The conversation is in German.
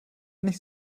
nicht